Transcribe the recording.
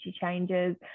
changes